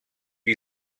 you